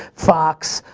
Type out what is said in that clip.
fox.